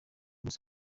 byose